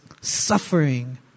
suffering